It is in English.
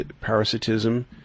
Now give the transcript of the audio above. parasitism